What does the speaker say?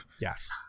yes